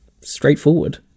straightforward